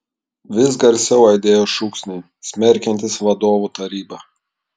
vis garsiau aidėjo šūksniai smerkiantys vadovų tarybą